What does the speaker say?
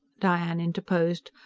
diane interposed.